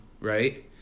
right